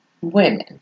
women